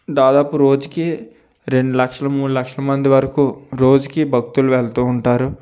దాదాపు రోజుకి రెండు లక్షలు మూడు లక్షల మంది వరుకు రోజుకి భక్తులు వెళుతు ఉంటారు